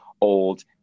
old